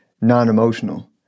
non-emotional